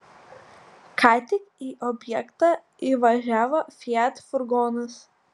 ką tik į objektą įvažiavo fiat furgonas